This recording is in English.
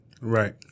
Right